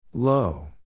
Low